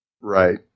Right